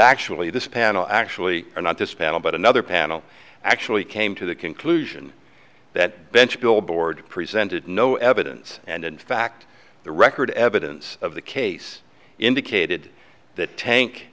actually this panel actually or not this panel but another panel actually came to the conclusion that bench billboard presented no evidence and in fact the record evidence of the case indicated that tank